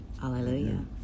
Hallelujah